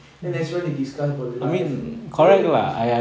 then that's when they discuss about the life